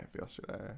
yesterday